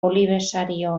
olibesario